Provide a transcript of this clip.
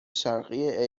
شرقی